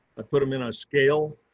ah put them in a scale.